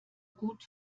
gut